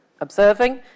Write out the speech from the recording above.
observing